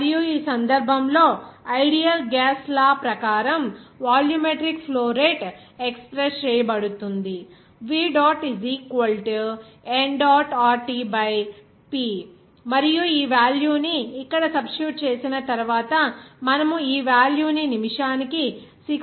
మరియు ఈ సందర్భంలో ఐడియల్ గ్యాస్ లా ప్రకారం volumetric flow rate express చేయబడుతుంది మరియు ఈ వేల్యూ ని ఇక్కడ సబ్స్టిట్యూట్ చేసిన తరువాత మనము ఈ వేల్యూ ని నిమిషానికి 66